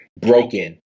broken